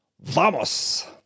Vamos